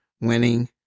winning